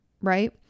right